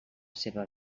seua